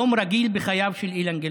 יום רגיל בחייו של אילן גילאון.